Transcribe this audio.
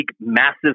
massive